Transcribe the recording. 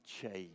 change